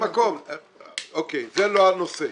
אוקי, זה לא הנושא.